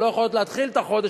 שלא יכולות להתחיל את החודש,